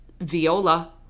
viola